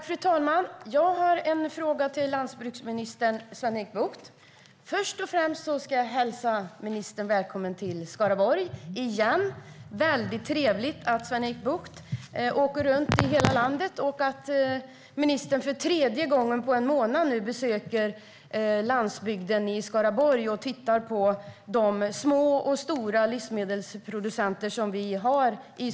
Fru talman! Jag har en fråga till landsbygdsminister Sven-Erik Bucht. Först och främst hälsar jag ministern välkommen till Skaraborg igen. Det är trevligt att Sven-Erik Bucht åker runt i hela landet och att ministern nu för tredje gången på en månad besöker landsbygden i Skaraborg och tittar på de små och stora livsmedelsproducenter som vi har där.